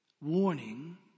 warning